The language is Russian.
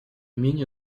менее